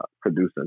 producing